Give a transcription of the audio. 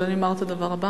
אבל אני אומר את הדבר הבא: